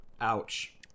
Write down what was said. Ouch